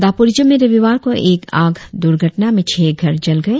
दापोरिजों में रविवार को एक आग दुर्घटना में छह घर जल गए